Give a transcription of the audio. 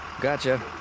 Gotcha